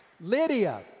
Lydia